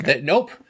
Nope